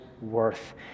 worth